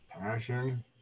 passion